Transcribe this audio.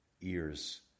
ears